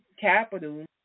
capital